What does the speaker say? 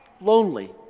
lonely